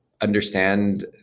understand